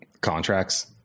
contracts